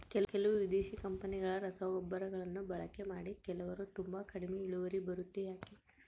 ಕೆಲವು ವಿದೇಶಿ ಕಂಪನಿಗಳ ರಸಗೊಬ್ಬರಗಳನ್ನು ಬಳಕೆ ಮಾಡಿ ಕೆಲವರು ತುಂಬಾ ಕಡಿಮೆ ಇಳುವರಿ ಬರುತ್ತೆ ಯಾಕೆ?